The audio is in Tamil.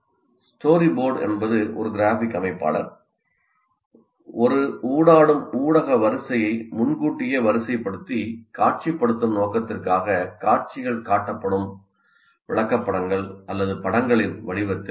ஸ்டோரிபோர்டு என்பது ஒரு கிராஃபிக் அமைப்பாளர் ஒரு ஊடாடும் ஊடக வரிசையை முன்கூட்டியே வரிசைப்படுத்தி காட்சிப்படுத்தும் நோக்கத்திற்காக காட்சிகள் காட்டப்படும் விளக்கப்படங்கள் அல்லது படங்களின் வடிவத்தில் இருக்கும்